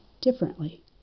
differently